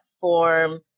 form